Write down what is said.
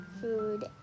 food